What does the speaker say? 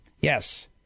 Yes